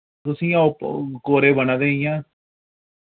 तुसी ओप कोरे बना दे इ'यां